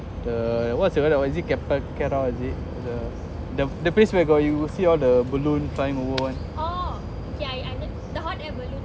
the what's your weather or is it or is it the the the place where got you will see all the balloon flying over [one]